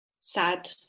sad